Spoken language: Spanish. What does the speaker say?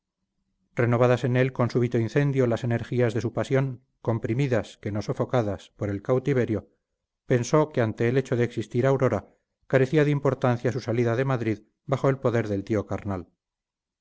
renovadas en él con súbito incendio las energías de su pasión comprimidas que no sofocadas por el cautiverio pensó que ante el hecho de existir aurora carecía de importancia su salida de madrid bajo el poder del tío carnal